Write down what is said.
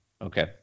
Okay